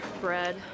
bread